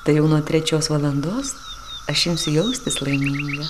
tai jau nuo trečios valandos aš imsiu jaustis laiminga